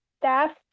staff